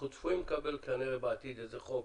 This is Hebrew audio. אנחנו כנראה צפויים לקבל בעתיד חוק.